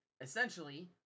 Essentially